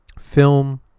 film